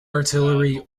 artillery